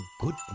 good